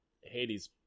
Hades